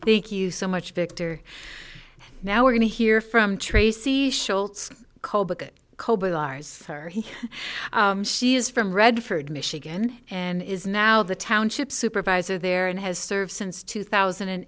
thank you so much victor now we're going to hear from tracy schultz colebrook kobe lars her he she is from redford michigan and is now the township supervisor there and has served since two thousand and